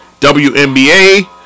WNBA